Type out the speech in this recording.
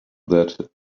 that